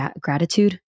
gratitude